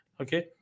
okay